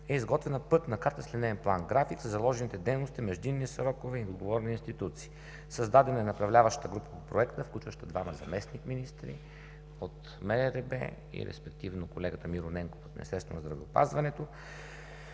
е изготвена пътна карта с линеен план-график за заложените дейности, междинни срокове и отговорни институции. Създадена е направляваща група по Проекта, включваща двама заместник министри от МРРБ, колегата Мирослав Ненков от